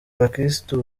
abakristo